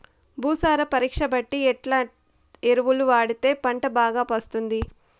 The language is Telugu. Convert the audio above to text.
భూసార పరీక్ష బట్టి ఎట్లా ఎరువులు వాడితే పంట బాగా వస్తుంది?